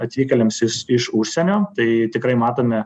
atvykėliams is iš užsienio tai tikrai matome